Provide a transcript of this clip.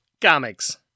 Comics